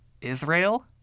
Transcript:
Israel